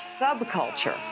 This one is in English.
subculture